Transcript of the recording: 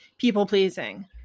people-pleasing